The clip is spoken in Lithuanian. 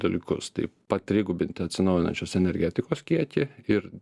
dalykus tai patrigubinti atsinaujinančios energetikos kiekį ir